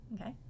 Okay